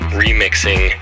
remixing